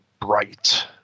Bright